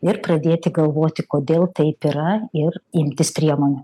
ir pradėti galvoti kodėl taip yra ir imtis priemonių